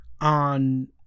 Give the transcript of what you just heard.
on